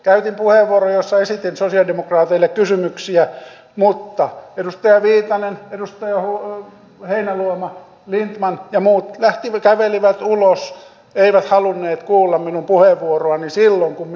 käytin puheenvuoron jossa esitin sosialidemokraateille kysymyksiä mutta edustaja viitanen edustaja heinäluoma lindtman ja muut kävelivät ulos eivät halunneet kuulla minun puheenvuoroani silloin kun minä sen pidin